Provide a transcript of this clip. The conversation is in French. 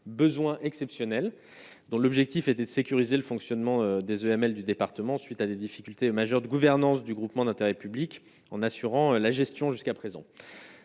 besoin exceptionnel dont l'objectif était de sécuriser le fonctionnement des EMS du département suite à des difficultés majeures de gouvernance du groupement d'intérêt public en assurant la gestion jusqu'à présent,